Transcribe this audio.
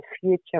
future